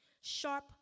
sharp